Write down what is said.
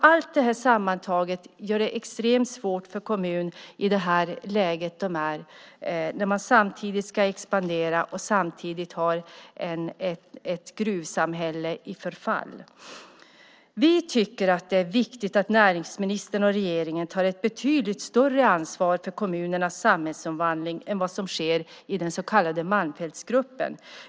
Allt detta sammantaget gör det extremt svårt för kommunen när man nu ska expandera samtidigt som man har ett gruvsamhälle i förfall. Vi tycker att det är viktigt att näringsministern och regeringen tar ett betydligt större ansvar för kommunernas samhällsomvandling än vad som sker i den så kallade Malmfältsgruppen.